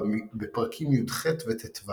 בפרקים י"ח וט"ו